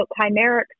chimeric